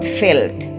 filth